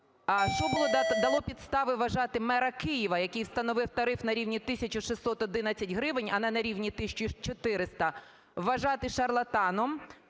а що дало підстави вважати мера Києва, який встановив тариф на рівні 1611 гривень, а не на рівні 1400, вважати шарлатаном?